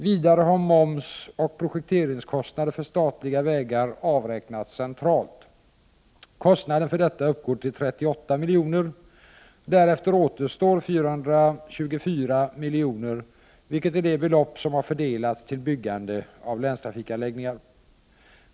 Vidare har moms och projekteringskostnader för statliga vägar avräknats centralt. Kostnaden för detta uppgår till 38 milj.kr. Därefter återstår 424 milj.kr., vilket är det belopp som har fördelats till byggande av länstrafikanläggningar.